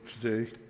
today